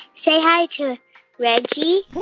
say hi to reggie.